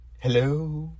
Hello